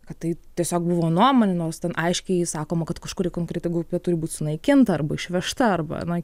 kad tai tiesiog buvo nuomonė nors ten aiškiai sakoma kad kažkuri konkreti grupė turi būt sunaikinta arba išvežta arba na